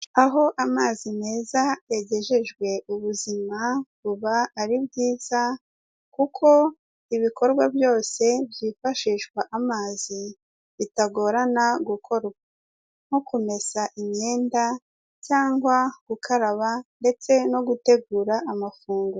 Aho amazi meza yagejejwe, ubuzima buba ari bwiza kuko ibikorwa byose byifashishwa amazi bitagorana gukorwa, nko kumesa imyenda cyangwa gukaraba ndetse no gutegura amafunguro.